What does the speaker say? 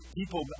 people